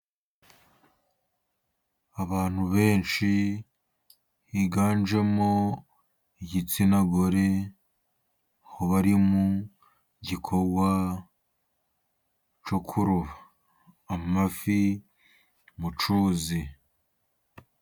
Abantu benshi biganjemo igitsina gore, aho bari mu gikowa cyo kuroba amafi mu cyuzi.